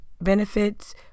benefits